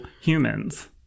humans